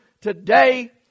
today